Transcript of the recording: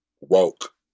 woke